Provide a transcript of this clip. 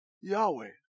Yahweh